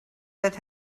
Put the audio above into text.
that